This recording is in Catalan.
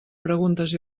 preguntes